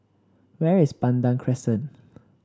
where is Pandan Crescent